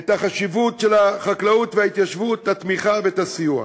את החשיבות של החקלאות וההתיישבות, התמיכה והסיוע.